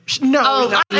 No